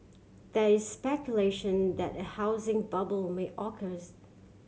there is speculation that a housing bubble may occurs